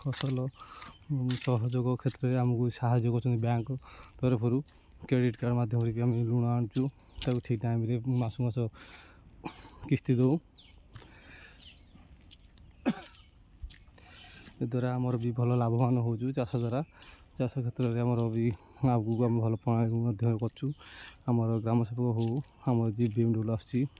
ଫସଲ ସହଯୋଗ କ୍ଷେତ୍ରରେ ଆମୁକୁ ସାହାଯ୍ୟ କରୁଛନ୍ତି ବ୍ୟାଙ୍କ୍ ତରଫରୁ କ୍ରେଡ଼ିଟ୍ କାର୍ଡ଼ ମାଧ୍ୟମରେ ବି ଆମେ ଋଣ ଆଣୁଛୁ ତାକୁ ଠିକ୍ ଟାଇମ୍ରେ ମାସୁକୁ ମାସ କିସ୍ତି ଦଉଁ ଯାଦ୍ୱାରା ଆମର ବି ଭଲ ଲାଭବାନ ହଉଛୁ ଚାଷ ଦ୍ୱାରା ଚାଷ କ୍ଷେତ୍ରରେ ଆମର ବି ଆଗୁକୁ ଆମେ ଭଲ ପ୍ରଣାଳୀ ମଧ୍ୟ ବି କରଛୁ ଆମର ଗ୍ରାମ ସେବକ ହଉ ଆମର ରୁଲ୍ ଆସୁଛି